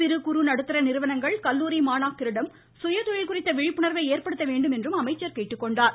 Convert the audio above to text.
சிறு குறு நடுத்தர நிறுவனங்கள் கல்லூரி மாணாக்கரிடம் சுயதொழில் குறித்த விழிப்புணா்வை ஏற்படுத்த வேண்டும் என்றும் அவர் கேட்டுக்கொண்டார்